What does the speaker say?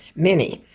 many.